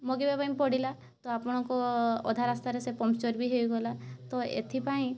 ମଗେଇବା ପାଇଁ ପଡ଼ିଲା ତ ଆପଣଙ୍କ ଅଧା ରାସ୍ତାରେ ସେ ପଙ୍କ୍ଚର୍ ବି ହେଇଗଲା ତ ଏଥିପାଇଁ